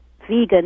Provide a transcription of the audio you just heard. Vegan